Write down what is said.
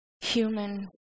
human